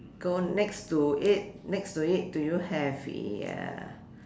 go on next to it next to it do you have a uh